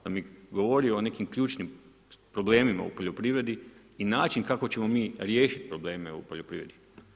Pa mi govori o nekim ključnim problemima u poljoprivredi i način kako ćemo mi riješiti probleme u poljoprivredi.